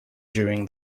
during